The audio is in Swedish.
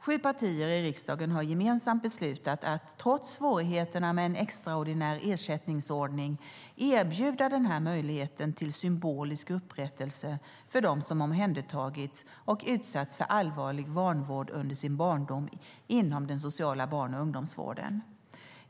Sju partier i riksdagen har gemensamt beslutat att, trots svårigheterna med en extraordinär ersättningsordning, erbjuda den här möjligheten till symbolisk upprättelse för dem som omhändertagits och utsatts för allvarlig vanvård under sin barndom inom den sociala barn och ungdomsvården.